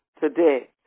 today